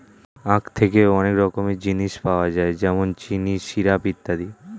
আখ থেকে অনেক রকমের জিনিস পাওয়া যায় যেমন চিনি, সিরাপ ইত্যাদি